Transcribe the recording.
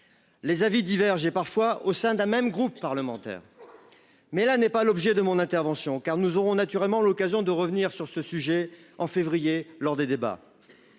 Les avis divergeaient parfois au sein d'un même groupe parlementaire. Mais là n'est pas l'objet de mon intervention, car nous aurons naturellement l'occasion de revenir sur ce sujet en février lors des débats.